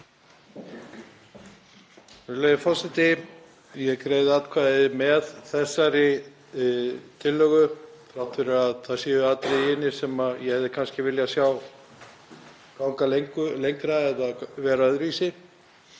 Virðulegi forseti. Ég greiði atkvæði með þessari tillögu þrátt fyrir að það séu atriði í henni sem ég hefði kannski viljað sjá ganga lengra eða vera öðruvísi.